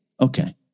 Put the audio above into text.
Okay